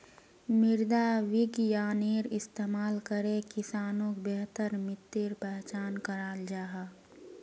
मृदा विग्यानेर इस्तेमाल करे किसानोक बेहतर मित्तिर पहचान कराल जाहा